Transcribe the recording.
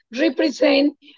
represent